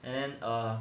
and then err